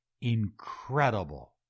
incredible